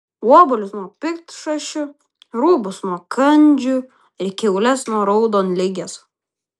obuolius nuo piktšašių rūbus nuo kandžių ir kiaules nuo raudonligės